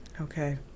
okay